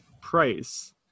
price